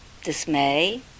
dismay